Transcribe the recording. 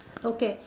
okay